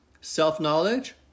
self-knowledge